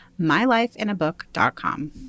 mylifeinabook.com